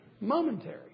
momentary